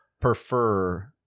prefer